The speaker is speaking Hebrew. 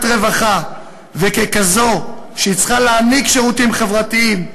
רווחה וככזו שצריכה להעניק שירותים חברתיים,